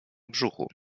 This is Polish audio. brzuchu